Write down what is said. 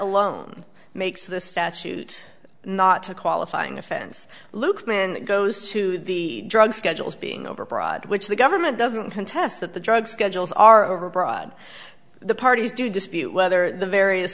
alone makes the statute not to qualifying offense luqman it goes to the drug schedules being overbroad which the government doesn't contest that the drug schedules are overbroad the parties do dispute whether the various